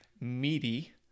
meaty